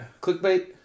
Clickbait